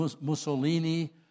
Mussolini